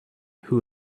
who